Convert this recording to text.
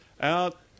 out